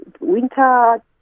winter